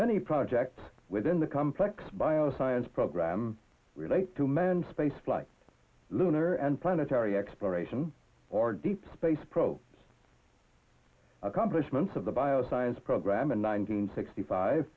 many projects within the complex bio science program relate to manned spaceflight lunar and plan atari exploration or deep space probe accomplishments of the bio science program and nine hundred sixty five